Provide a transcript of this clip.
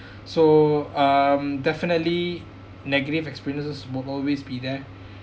so um definitely negative experiences will always be there